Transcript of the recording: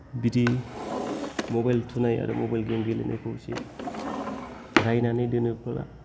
बिदि मबाइल थुनाय आरो मबाइल गेम गेलेनायखौ इसे रायनानै दोनोब्ला